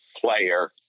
player